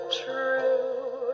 true